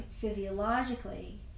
physiologically